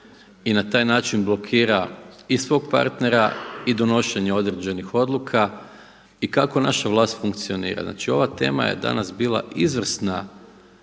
i na taj način blokira i svog partnera i donošenje određenih odluka, i kako naša vlast funkcionira. Znači, ova tema je danas bila izvrsna